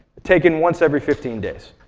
taken once every fifteen days.